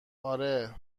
آره